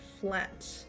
flat